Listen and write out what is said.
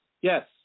Yes